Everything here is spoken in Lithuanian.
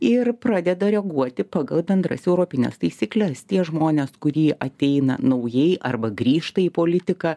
ir pradeda reaguoti pagal bendras europines taisykles tie žmonės kurie ateina naujai arba grįžta į politiką